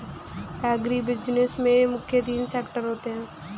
agribusiness में मुख्य तीन सेक्टर होते है